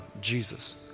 Jesus